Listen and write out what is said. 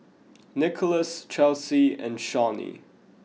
Nikolas Chelsy and Shawnee